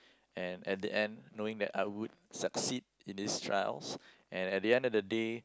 and at the end knowing that I would succeed in these trials and at the end of the day